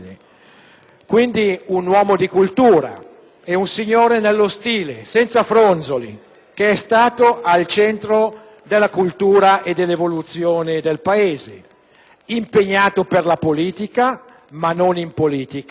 Quindi, fu un uomo di cultura e un signore nello stile, senza fronzoli, che è stato al centro della cultura e dell'evoluzione del Paese. Impegnato per la politica, ma non in politica,